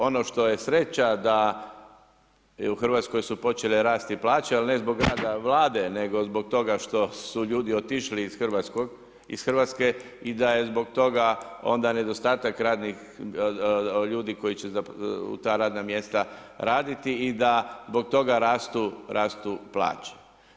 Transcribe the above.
Ono što je sreća da je u Hrvatskoj su počele rasti plaće, ali ne zbog rada Vlade, nego zbog toga što su ljudi otišli iz Hrvatske i da je zbog toga onda nedostatak ljudi koji će ta radna mjesta raditi i da zbog toga rastu plaće.